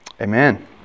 Amen